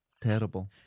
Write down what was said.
Terrible